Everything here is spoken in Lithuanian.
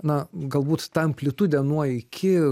na galbūt ta amplitudė nuo iki